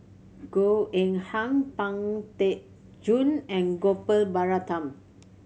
Goh Eng Han Pang Teck Joon and Gopal Baratham